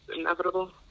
inevitable